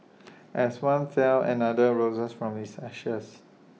as one fell another rose from its ashes